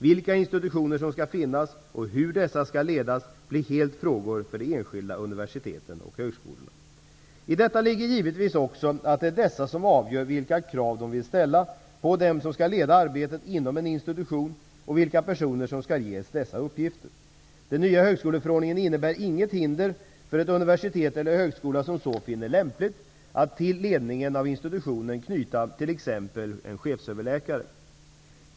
Vilka institutioner som skall finnas och hur dessa skall ledas blir helt frågor för de enskilda universiteten och högskolorna. I detta ligger givetvis också att det är dessa som avgör vilka krav de vill ställa på dem som skall leda arbetet inom en institution och vilka personer som skall ges dessa uppgifter. Den nya högskoleförordningen innebär inget hinder för ett universitet eller en högskola som så finner lämpligt att till ledningen av en institution knyta t.ex. en chefsöverläkare.